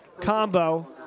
combo